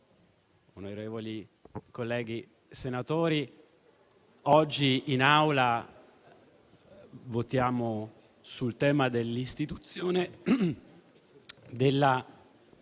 onorevoli senatori, oggi in Aula votiamo sul tema dell'istituzione della